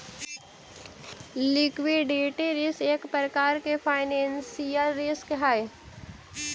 liquidity risk एक प्रकार के फाइनेंशियल रिस्क हई